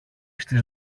στις